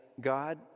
God